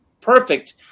perfect